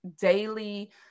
daily